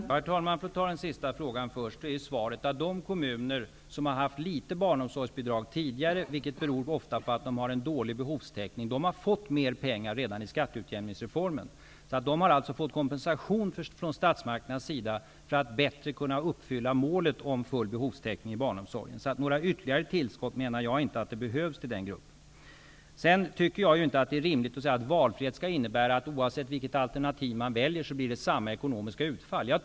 Herr talman! Låt mig ta den sista frågan först. De kommuner som har haft ett litet barnomsorgsbidrag tidigare, vilket ofta beror på att de har en dålig behovstäckning, har fått mer pengar redan i skatteutjämningsreformen. De har alltså fått kompensation från statsmakterna för att bättre kunna uppfylla målet om full behovstäckning i barnomsorgen. Jag menar att det inte behövs några ytterligare tillskott till den gruppen. Det är inte rimligt att säga att valfrihet skall innebära att oavsett vilket alternativ man väljer skall det bli samma ekonomiska utfall.